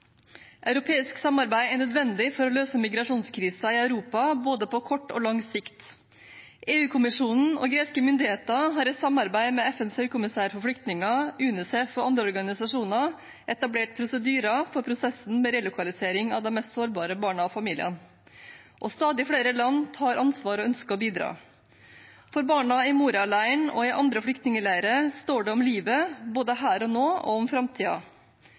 Europeisk samarbeid er nødvendig for å løse migrasjonskrisen i Europa, både på kort og på lang sikt. EU-kommisjonen og greske myndigheter har i samarbeid med FNs høykommissær for flyktninger, UNICEF og andre organisasjoner etablert prosedyrer for prosessen med relokalisering av de mest sårbare barna og familiene, og stadig flere land tar ansvar og ønsker å bidra. For barna i Moria-leiren og i andre flyktningleirer står det om livet, både her og nå og